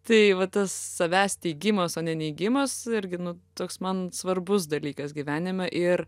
tai va tas savęs teigimas o ne neigimas irgi nu toks man svarbus dalykas gyvenime ir